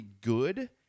good